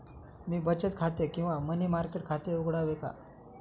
मी बचत खाते किंवा मनी मार्केट खाते उघडावे का?